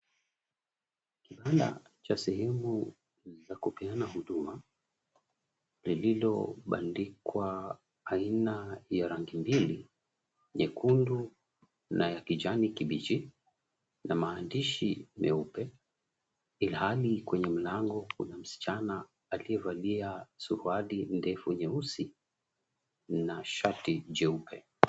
Kibanda cha sehemu za kupeana huduma lililobandikwa aina ya rangi mbili; nyekundu na ya kijani kibichi na maandishi meupe ilhali kwenye mlango kuna msichana aliyevalia suruali ndefu nyeusi na shati jeupe.